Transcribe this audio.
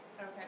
Okay